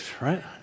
Right